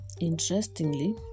Interestingly